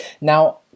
Now